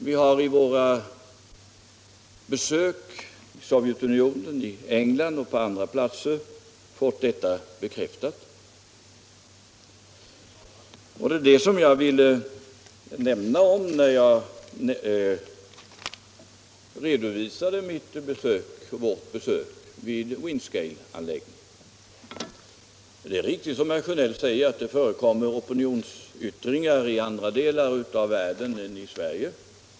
Vid våra besök i Sovjetunionen, i England och i andra länder har vi fått detta bekräftat. Det var det som jag ville nämna när jag redovisade vårt besök vid Windscaleanläggningen. Det är riktigt som herr Sjönell säger att det förekommer opinionsyttringar i andra delar av världen än Sverige.